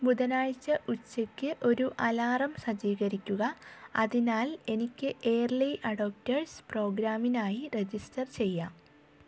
ബുധനാഴ്ച ഉച്ചയ്ക്ക് ഒരു അലാറം സജ്ജീകരിക്കുക അതിനാൽ എനിക്ക് ഏർലി അഡോപ്റ്റെർസ് പ്രോഗ്രാമിനായി രജിസ്റ്റർ ചെയ്യാം